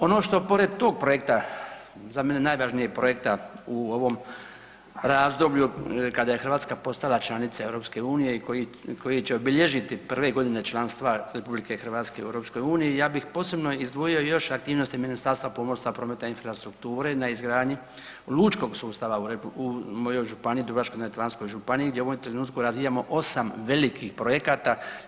Ono što pored tog projekta za mene najvažnijeg projekta u ovom razdoblju kada je Hrvatska postala članica EU i koji će obilježiti prve godine članstva RH u EU ja bih posebno izdvojio još aktivnosti Ministarstva pomorstva, prometa i infrastrukture na izgradnji lučkog sustava u mojoj županiji, Dubrovačko-neretvanskoj županiji gdje u ovom trenutku razvijamo 8 velikih projekata.